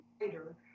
writer